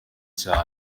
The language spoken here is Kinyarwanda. cyane